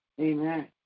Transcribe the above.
Amen